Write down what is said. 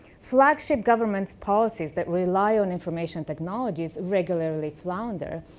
flagship government's policies that rely on information technologies regularly flounder.